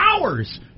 hours